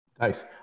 Nice